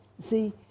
See